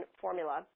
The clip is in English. formula